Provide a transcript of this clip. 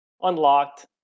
unlocked